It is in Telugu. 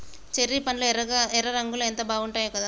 చెర్రీ పండ్లు ఎర్ర రంగులో ఎంత బాగుంటాయో కదా